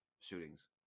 shootings